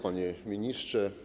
Panie Ministrze!